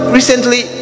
recently